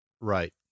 Right